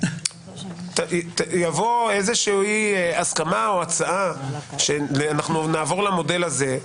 תבוא איזושהי הסכמה או הצעה שנעבור למודל הזה,